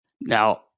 Now